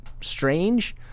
strange